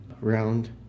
Round